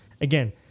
again